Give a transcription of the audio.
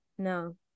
No